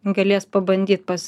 galės pabandyt pas